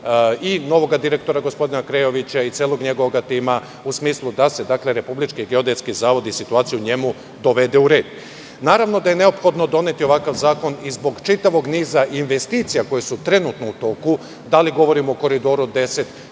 i novog direktora gospodina Krejovića i celog njegovog tima, u smislu da se Republički geodetski zavod i situacija u njemu dovede u red. Naravno da je neophodno doneti ovakav zakon i zbog čitavog niza investicija koje su trenutno u toku, da li govorimo o Koridoru 10,